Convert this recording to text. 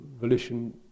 volition